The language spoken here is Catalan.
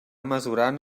mesurant